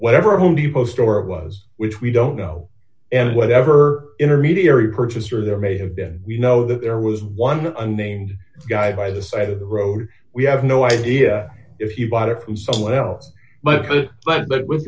whatever home depot store it was which we don't know and whatever intermediary purchaser there may have been we know that there was one unnamed guy by the side of the road we have no idea if you bought it from someone else but